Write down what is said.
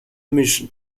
mission